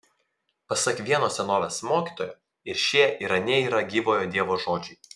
pasak vieno senovės mokytojo ir šie ir anie yra gyvojo dievo žodžiai